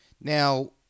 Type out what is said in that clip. Now